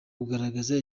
kugaragaza